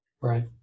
Right